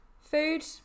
food